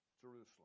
Jerusalem